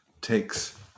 takes